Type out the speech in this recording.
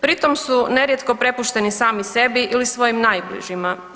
Pri tom su nerijetko prepušteni sami sebi ili svojim najbližima.